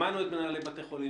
שמענו את מנהלי בתי החולים.